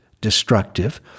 destructive